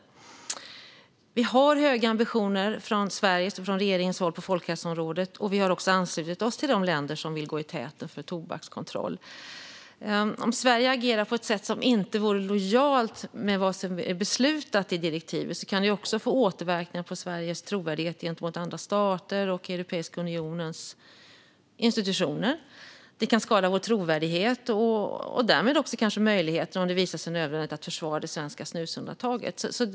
Vi har höga ambitioner från Sveriges och regeringens håll på folkhälsoområdet. Vi har också anslutit oss till de länder som vill gå i täten för tobakskontroll. Om Sverige agerar på ett sätt som inte vore lojalt med vad som är beslutat i direktivet kan det få återverkningar på Sveriges trovärdighet gentemot andra stater och Europeiska unionens institutioner. Det kan skada vår trovärdighet, och därmed kanske också möjligheten, om det visar sig nödvändigt, att försvara det svenska snusundantaget.